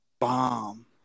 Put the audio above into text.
bomb